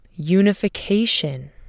Unification